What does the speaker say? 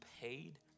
paid